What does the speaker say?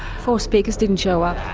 four speakers didn't show up?